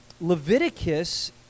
Leviticus